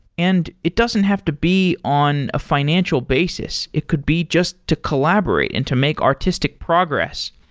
and it doesn't have to be on a financial basis. it could be just to collaborate and to make artistic progress.